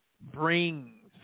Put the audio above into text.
brings